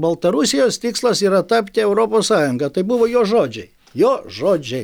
baltarusijos tikslas yra tapti europos sąjunga tai buvo jo žodžiai jo žodžiai